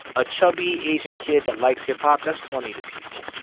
a chubby asian kid that likes hip-hop, that's funny to people,